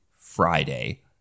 Friday